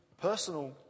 personal